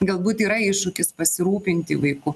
galbūt yra iššūkis pasirūpinti vaiku